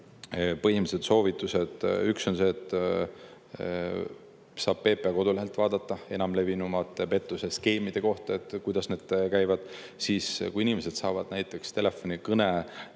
Põhimõttelised soovitused: üks on see, et saab PPA kodulehelt vaadata enamlevinumate pettuseskeemide kohta, et kuidas need käivad. Siis, kui inimesed saavad näiteks telefonikõne,